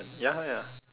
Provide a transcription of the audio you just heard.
ya ya